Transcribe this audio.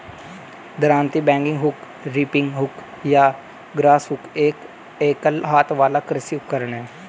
दरांती, bagging hook, reaping hook या grass hook एक एकल हाथ वाला कृषि उपकरण है